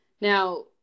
Now